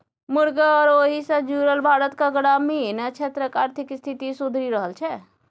मुरगा आ ओहि सँ जुरल भारतक ग्रामीण क्षेत्रक आर्थिक स्थिति सुधरि रहल छै